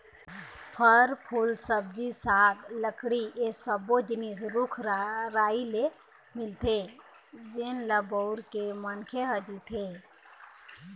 फर, फूल, सब्जी साग, लकड़ी ए सब्बो जिनिस रूख राई ले मिलथे जेन ल बउर के मनखे ह जीथे